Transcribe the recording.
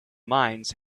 mines